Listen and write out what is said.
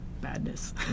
badness